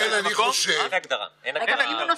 סח'נין, נצרת, באקה ועוד.